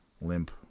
limp